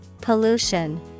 pollution